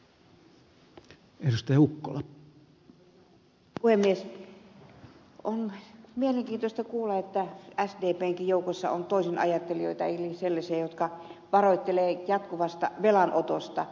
on mielenkiintoista kuulla että sdpnkin joukossa on toisinajattelijoita eli sellaisia jotka varoittelevat jatkuvasta velanotosta